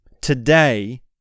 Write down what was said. today